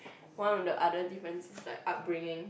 one of the other differences like upbringing